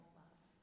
love